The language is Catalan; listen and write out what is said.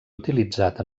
utilitzat